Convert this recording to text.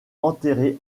enterré